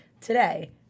today